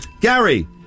Gary